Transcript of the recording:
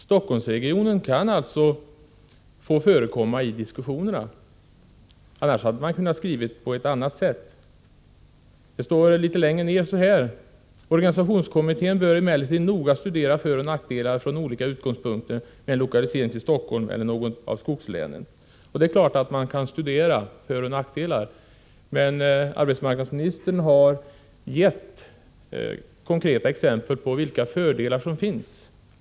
Stockholmsregionen kan alltså få förekomma i diskussionerna — annars hade man kunnat skriva på ett annat sätt. Litet längre ned på samma sida står det så här: ”Organisationskommittén bör emellertid noga studera föroch nackdelar från olika utgångspunkter med en lokalisering till Stockholm eller något av skogslänen.” Det är klart att man kan studera föroch nackdelar, men arbetsmarknadsministern har gett konkreta exempel på de fördelar som finns.